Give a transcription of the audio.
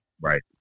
Right